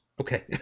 Okay